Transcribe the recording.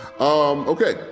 Okay